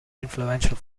influential